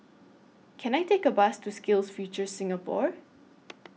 Can I Take A Bus to SkillsFuture Singapore